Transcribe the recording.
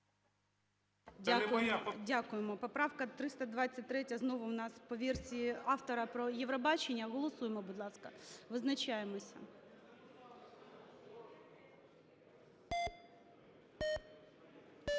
Дякуємо. Поправка 323 - знову у нас, по версії автора, про Євробачення. Голосуємо, будь ласка. Визначаємося.